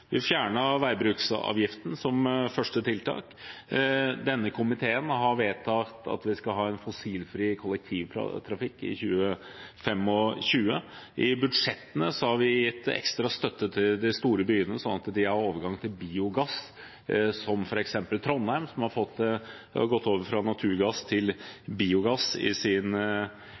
Vi har gjort mye. Vi fjernet veibruksavgiften som første tiltak. Denne komiteen har vedtatt at vi skal ha en fossilfri kollektivtrafikk i 2025. I budsjettene har vi gitt ekstra støtte til de store byene til overgang til biogass, som f.eks. Trondheim, som har gått over fra naturgass til biogass i sin